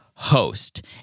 Host